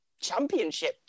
championship